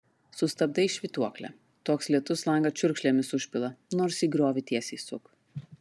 sustabdai švytuoklę toks lietus langą čiurkšlėmis užpila nors į griovį tiesiai suk